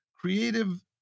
creative